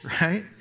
right